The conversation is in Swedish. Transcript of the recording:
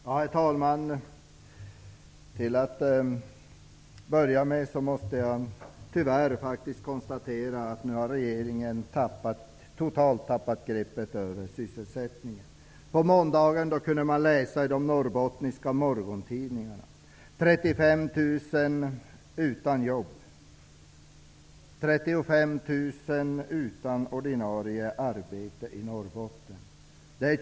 Herr talman! Tyvärr måste jag börja mitt anförande med att konstatera att regeringen nu totalt tappat greppet över sysselsättningen. Under måndagen kunde man i de norrbottniska morgontidningarna läsa: 35 000 utan jobb.